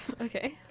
Okay